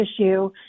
issue